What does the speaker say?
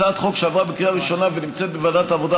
הצעת חוק שעברה בקריאה ראשונה ונמצאת בוועדת העבודה,